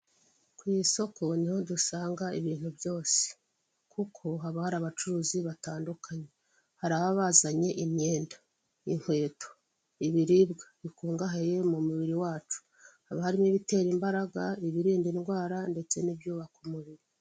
Uruganda rw'amata, utubuni turi mu gatajeri rw'ibara ry'umweru turimo amata, igikoresho babikamo amata kiri iruhande rwabyo.